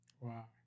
Wow